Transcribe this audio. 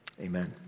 amen